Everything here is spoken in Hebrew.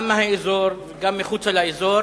גם מהאזור וגם מחוץ לו: